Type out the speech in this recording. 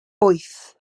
wyth